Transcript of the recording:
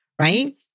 right